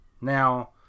Now